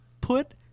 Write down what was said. Put